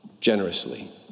generously